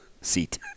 seat